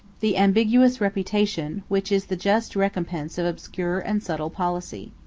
the ambiguous reputation, which is the just recompense of obscure and subtle policy.